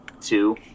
two